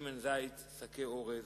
שמן זית, שקי אורז,